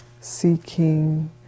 seeking